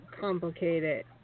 complicated